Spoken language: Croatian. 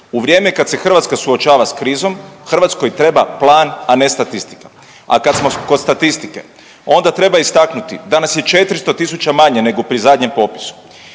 U vrijeme kad se Hrvatska suočava s krizom Hrvatskoj treba plan, a ne statistika. A kad smo kod statistike onda treba istaknuti da nas je 400.000 manje nego pri zadnjem popisu,